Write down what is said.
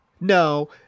No